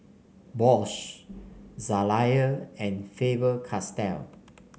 Bose Zalia and Faber Castell